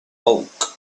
bulk